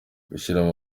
gushyira